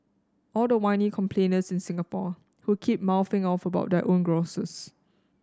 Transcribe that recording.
all the whiny complainers in Singapore who keep mouthing off about their own grouses